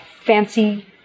fancy